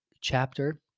chapter